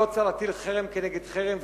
לא צריך להטיל חרם כנגד חרם,